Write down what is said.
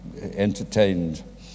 entertained